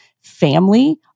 family